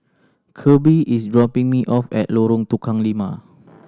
Kirby is dropping me off at Lorong Tukang Lima